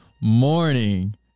morning